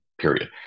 period